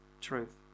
truth